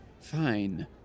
Fine